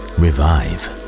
revive